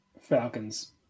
Falcons